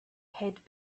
head